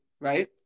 right